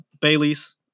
Bailey's